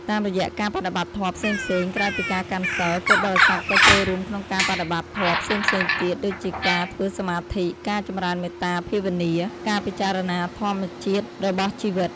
តាមរយៈការបដិបត្តិធម៌ផ្សេងៗ ក្រៅពីការកាន់សីល ពុទ្ធបរិស័ទក៏ចូលរួមក្នុងការបដិបត្តិធម៌ផ្សេងៗទៀត ដូចជាការធ្វើសមាធិ ការចម្រើនមេត្តាភាវនា ការពិចារណាធម្មជាតិរបស់ជីវិត ។